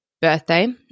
birthday